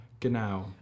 Genau